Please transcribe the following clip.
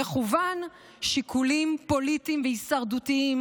משיקולים פוליטיים והישרדותיים,